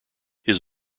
his